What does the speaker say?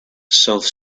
south